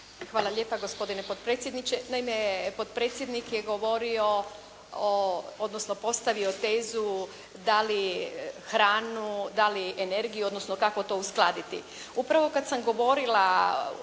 Hvala lijepo gospodine potpredsjedniče. Naime, potpredsjednik je govorio o odnosno postavio tezu da li hranu, da li energiju, odnosno kako to uskladiti.